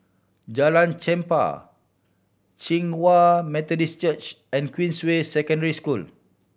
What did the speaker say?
Jalan Chempah Hinghwa Methodist Church and Queensway Secondary School